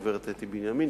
הגברת אתי בנימין,